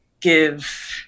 give